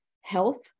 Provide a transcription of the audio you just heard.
health